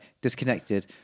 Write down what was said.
disconnected